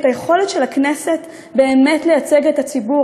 היכולת של הכנסת באמת לייצג את הציבור,